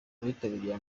abitabiriye